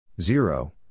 Zero